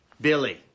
Billy